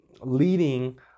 leading